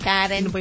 Karen